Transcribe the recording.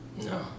No